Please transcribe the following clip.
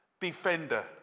Defender